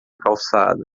calçada